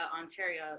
Ontario